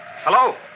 Hello